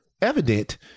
evident